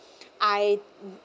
I mm